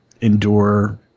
endure